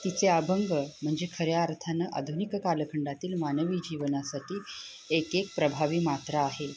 तिचे अभंग म्हणजे खऱ्या अर्थानं आधुनिक कालखंडातील मानवी जीवनासाठी एक एक प्रभावी मात्रा आहे